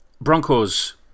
Broncos